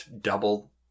double